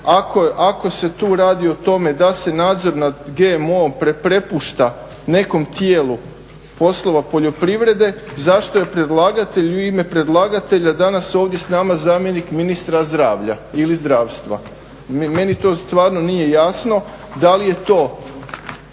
ako se tu radi o tome da se nadzor nad GMO-om prepušta nekom tijelu poslova poljoprivrede, zašto je predlagatelj i u ime predlagatelja danas ovdje s nama zamjenik ministra zdravlja ili zdravstva? Meni to stvarno nije jasno, da li je to,